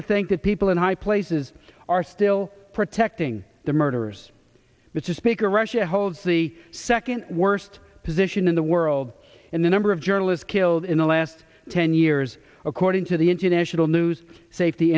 to think that people in high places are still protecting the murderers mr speaker russia holds the second worst position in the world in the number of journalists killed in the last ten years according to the international news safety